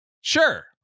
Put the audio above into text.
Sure